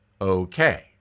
Okay